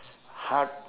heart